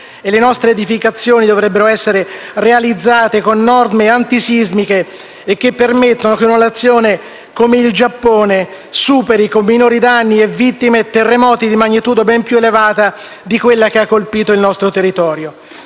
Le nostre edificazioni dovrebbero essere realizzate con norme antisismiche in modo che, come avviene in una Nazione come il Giappone, superino con minori danni e vittime terremoti di magnitudo ben più elevata di quella che ha colpito il nostro territorio.